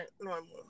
normal